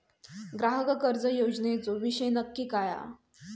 ग्राहक कर्ज योजनेचो विषय काय नक्की?